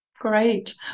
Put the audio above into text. great